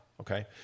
Okay